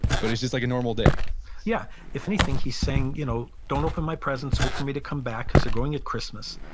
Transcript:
but it's just like a normal day yeah. if anything, he's saying, you know, don't open my presents. wait for me to come back, because they're going at christmas.